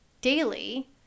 daily